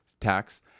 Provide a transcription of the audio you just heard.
tax